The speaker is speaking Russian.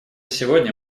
сегодня